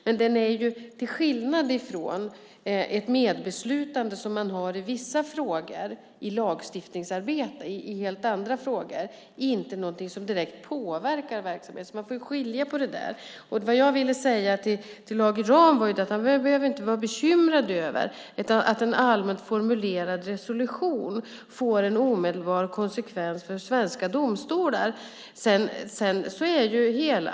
Men till skillnad från ett medbeslutande, som man har i vissa frågor i lagstiftningsarbetet, är detta inte någonting som direkt påverkar verksamheten. Man får skilja på detta. Det jag ville säga till Lage Rahm var att han inte behöver vara bekymrad över att en allmänt formulerad resolution får en omedelbar konsekvens för svenska domstolar.